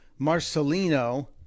Marcelino